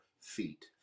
feet